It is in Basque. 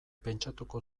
pentsatuko